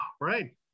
right